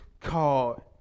Called